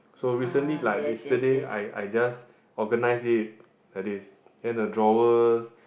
so recently like yesterday I I just organize it like this and the drawers